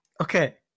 Okay